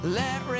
let